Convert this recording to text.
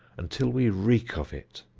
until we reek of it?